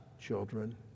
children